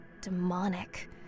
demonic